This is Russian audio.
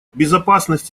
безопасность